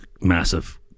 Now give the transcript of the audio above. massive